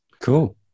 Cool